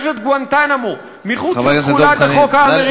יש גואנטנמו, מחוץ לתחולת החוק האמריקני.